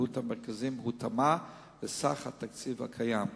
ופעילות המרכזים הותאמה לסך התקציב הקיים.